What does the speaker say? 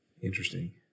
Interesting